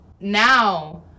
now